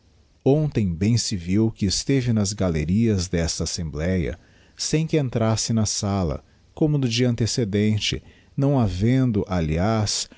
hontera bem se viu que esteve nas galerias desta assembléa sem que entrasse na sala como no dia antecedente não havendo aliás